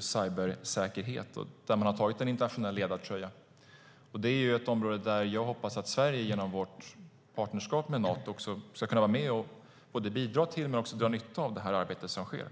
cybersäkerhet och där man har tagit en internationell ledartröja. Det är ett område där jag hoppas att Sverige genom vårt partnerskap med Nato ska kunna vara med, och både bidra till och dra nytta av det arbete som sker.